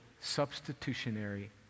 substitutionary